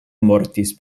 mortis